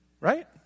Right